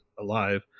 alive